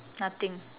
nothing